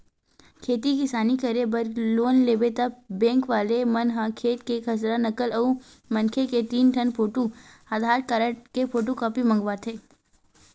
खेती किसानी करे बर लोन लेबे त बेंक वाले मन ह खेत के खसरा, नकल अउ मनखे के तीन ठन फोटू, आधार कारड के फोटूकापी मंगवाथे